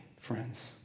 friends